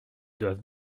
doivent